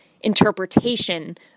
interpretation